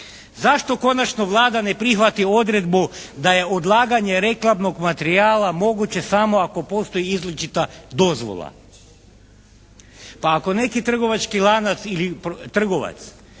Zašto konačno Vlada ne prihvati odredbu da je odlaganje reklamnog materijala moguće samo ako postoji izričita dozvola? Pa ako neki trgovački lanac ili trgovac